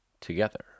together